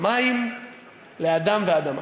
מים לאדם ואדמה.